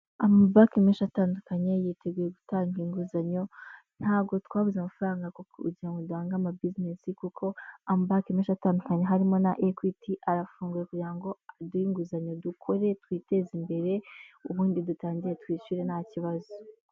Amabanki menshi atandukanye yiteguye gutanga inguzanyo, ntabwo twabuze amafaranga yo kugira ngo duhangage ama bisinesi, kuko amabaki menshi atandukanye harimo na Equity arayafunguye, kugira ngo aduhe inguzanyo dukore twiteze imbere, ubundi dutangire twishyure nta kibazo.